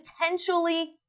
potentially